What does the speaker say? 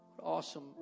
awesome